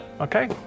Okay